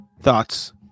thoughts